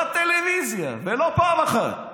בטלוויזיה, ולא פעם אחת,